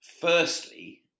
firstly